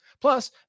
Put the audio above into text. Plus